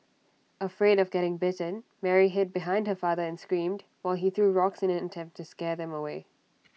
afraid of getting bitten Mary hid behind her father and screamed while he threw rocks in an attempt to scare them away